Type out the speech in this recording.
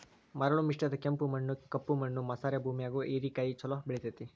ಮರಳು ಮಿಶ್ರಿತ ಕೆಂಪು ಮಣ್ಣ, ಕಪ್ಪು ಮಣ್ಣು ಮಸಾರೆ ಭೂಮ್ಯಾಗು ಹೇರೆಕಾಯಿ ಚೊಲೋ ಬೆಳೆತೇತಿ